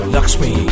Lakshmi